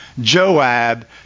Joab